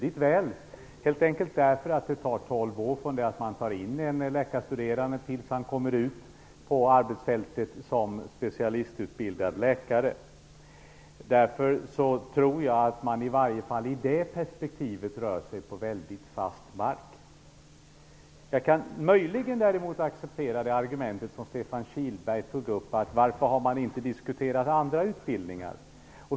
Det vet man helt enkelt därför att det tar 12 år från det att en läkarstuderande tas in tills han kommer ut på arbetsfältet som specialistutbildad läkare. I det perspektivet tror jag att man rör sig på mycket fast mark. Jag kan möjligen acceptera det argument som Stefan Kihlberg förde fram, nämligen: Varför har man inte diskuterat andra utbildningar?